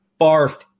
barfed